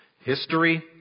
History